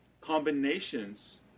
combinations